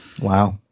Wow